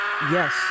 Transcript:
Yes